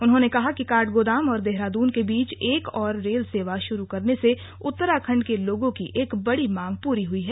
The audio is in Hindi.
उन्होंने कहा कि काठगोदाम और देहरादून के बीच एक और रेल सेवा शुरू करने से उत्तराखण्ड के लोगों की एक बड़ी मांग पूरी हुई है